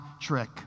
trick